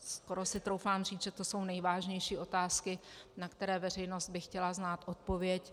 Skoro si troufám říct, že to jsou nejvážnější otázky, na které veřejnost by chtěla znát odpověď.